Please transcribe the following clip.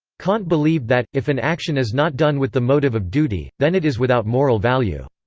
kant believed that, if an action is not done with the motive of duty, then it is without moral value.